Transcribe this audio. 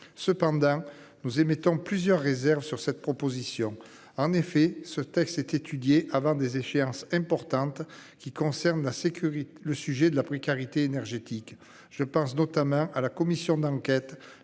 Cependant nous émettant plusieurs réserves sur cette proposition. En effet, ce texte est étudié avant des échéances importantes qui concernent la sécurité, le sujet de la précarité énergétique. Je pense notamment à la commission d'enquête